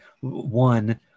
one